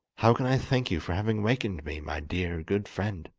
how can i thank you for having awakened me, my dear, good friend